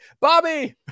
Bobby